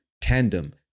tandem